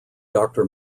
doctor